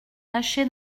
lâché